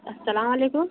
السلام علیکم